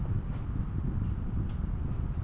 আলুতে জল দেওয়ার জন্য কি মোটর ব্যবহার করা যায়?